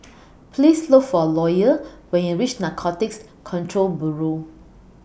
Please Look For Loyal when YOU REACH Narcotics Control Bureau